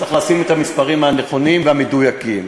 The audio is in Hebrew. צריך לשים את המספרים הנכונים והמדויקים.